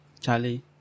Charlie